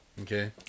Okay